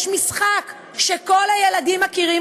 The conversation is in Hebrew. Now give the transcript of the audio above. יש משחק שכל הילדים מכירים,